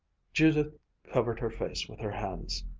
judith covered her face with her hands.